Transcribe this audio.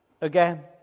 again